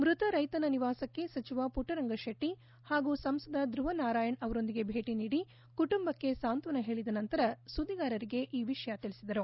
ಮೃತ ರೈತನ ನಿವಾಸಕ್ಕೆ ಸಚಿವ ಪುಟ್ಟರಂಗಶೆಟ್ಟಿ ಹಾಗೂ ಸಂಸದ ಧೃವ ನಾರಾಯಣ್ ಅವರೊಂದಿಗೆ ಭೇಟಿ ನೀಡಿ ಕುಟುಂಬಕ್ಕೆ ಸಾಂತ್ವನ ಹೇಳದ ನಂತರ ಸುದ್ದಿಗಾರರಿಗೆ ಅವರು ಈ ವಿಷಯ ತಿಳಿಸಿದರು